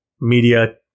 media